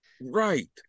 Right